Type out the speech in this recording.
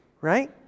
right